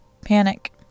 panic